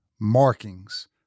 markings